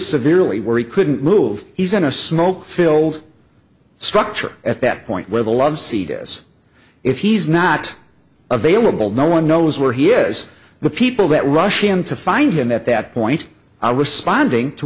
severely where he couldn't move he's in a smoke filled structure at that point where the love seat is if he's not available no one knows where he is the people that rushed him to find him at that point our responding to